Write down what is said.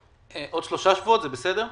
בעוד שלושה שבועות זה בסדר?